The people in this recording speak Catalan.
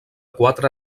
quatre